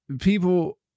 people